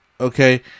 okay